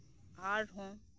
ᱟᱨᱦᱚᱸ